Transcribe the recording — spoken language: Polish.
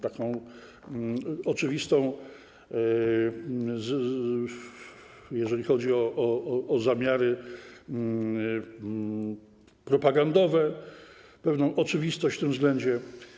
Taką oczywistość, jeżeli chodzi o zamiary propagandowe, pewną oczywistość w tym względzie.